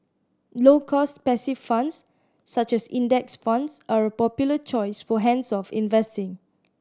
low cost passive funds such as Index Funds are a popular choice for hands off investing